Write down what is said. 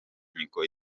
niko